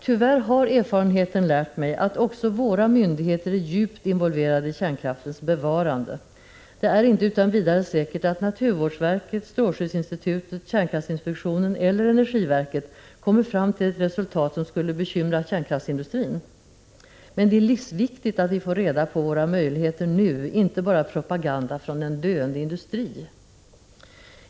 Tyvärr har erfarenheterna lärt mig att också våra myndigheter är djupt involverade i kärnkraftens bevarande. Det är inte utan vidare säkert att naturvårdsverket, strålskyddsinstitutet, kärnkraftsinspektionen eller energiverket kommer fram till ett resultat som skulle bekymra kärnkraftsindustrin. Men det är livsviktigt att vi får reda på våra möjligheter nu — inte bara propaganda från en döende industri.